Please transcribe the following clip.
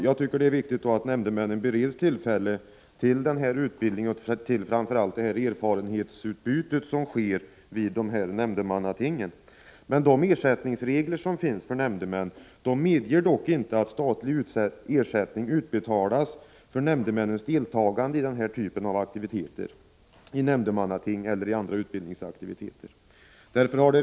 Jag tycker att det är viktigt att nämndemännen bereds tillfälle till denna utbildning och framför allt det erfarenhetsutbyte som sker vid nämndemannatingen. De ersättningsregler som finns för nämndemän medger dock inte att statlig ersättning utbetalas för deltagande i nämndemannating eller andra utbildningsaktiviteter för nämndemän.